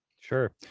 Sure